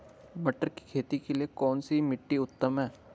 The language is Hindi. मटर की खेती के लिए कौन सी मिट्टी उत्तम है?